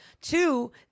Two